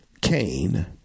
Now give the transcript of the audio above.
Cain